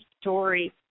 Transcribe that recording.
story